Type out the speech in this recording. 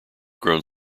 grown